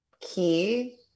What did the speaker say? key